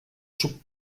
suc